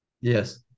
Yes